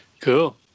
cool